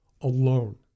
alone